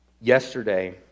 Yesterday